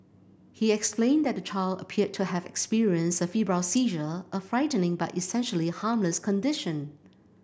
he explained that the child appeared to have experienced a febrile seizure a frightening but essentially harmless condition